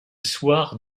soir